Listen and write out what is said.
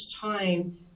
time